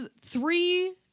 three